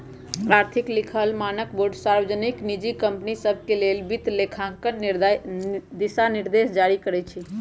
आर्थिक लिखल मानकबोर्ड सार्वजनिक, निजी कंपनि सभके लेल वित्तलेखांकन दिशानिर्देश जारी करइ छै